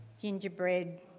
gingerbread